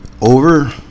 over